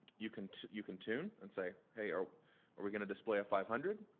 you can you can tune and say, hey, are are we gonna display a five hundred?